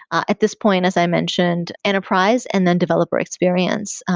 at this point, as i mentioned, enterprise and then developer experience,